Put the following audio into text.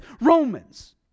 Romans